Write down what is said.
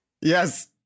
Yes